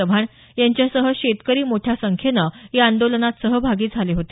चव्हाण यांच्यासह शेतकरी मोठ्या संख्येनं या आंदोलनात सहभागी झाले होते